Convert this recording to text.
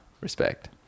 respect